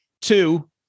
Two